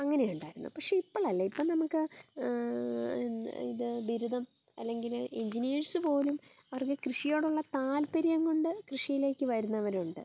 അങ്ങനെ ഉണ്ടായിരുന്നു പക്ഷേ ഇപ്പോൾ അല്ല ഇപ്പം നമുക്ക് ഇത് ബിരുദം അല്ലെങ്കിൽ എഞ്ചിനീയേഴ്സ് പോലും അവർക്ക് കൃഷിയോടുള്ള താൽപ്പര്യം കൊണ്ട് കൃഷിയിലേക്ക് വരുന്നവരുണ്ട്